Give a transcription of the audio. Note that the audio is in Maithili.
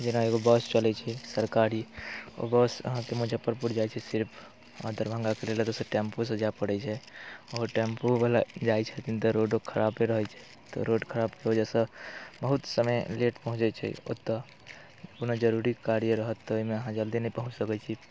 जेना एगो बस चलैत छै सरकारी ओ बस अहाँकेँ मुजफ्फरपुर जाइत छै सिर्फ आ दरभंगाके लेल एतयसँ टेम्पूसँ जाय पड़ैत छै ओ टेम्पुओवला जाइत छथिन तऽ रोडो खराबे रहैत छै तऽ रोड खराबके वजहसँ बहुत समय लेट पहुँचैत छै ओतय कोनो जरूरी कार्य रहत तऽ ओहिमे अहाँ जल्दी नहि पहुँच सकैत छी